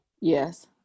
Yes